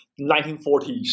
1940s